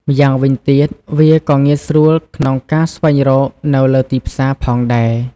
ម្យ៉ាងវិញទៀតវាក៏ងាយស្រួលក្នុងការស្វែងរកនៅលើទីផ្សារ ផងដែរ។